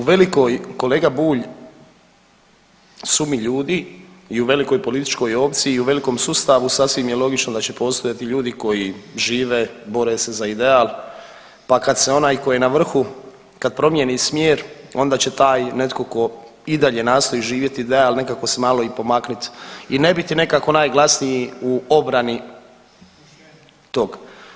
U velikoj, kolega Bulj, sumi ljudi i u velikoj političkoj opciji i u velikom sustavu sasvim je logično da će postojati ljudi koji žive i bore se za ideal, pa kad se onaj ko je na vrhu kad promijeni smjer onda će taj netko ko i dalje nastoji živjeti ideal nekako se malo i pomaknut i ne biti nekako najglasniji u obrani tog.